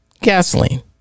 gasoline